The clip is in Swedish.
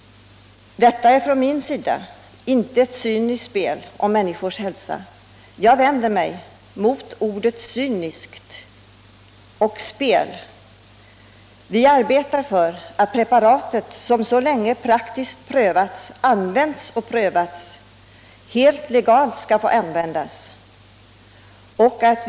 Detta är från min sida inte ett cyniskt spel om människornas hälsa. Jag vänder mig mot orden ”cyniskt” och ”spel”. Vi arbetar för att preparatet, som så länge praktiskt prövats, skall få användas och prövas helt legalt.